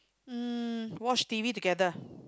um watch T_V together